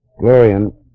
Glorian